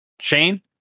Shane